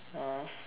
ah